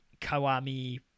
Kawami